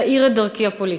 תאיר את דרכי הפוליטית.